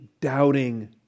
doubting